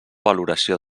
valoració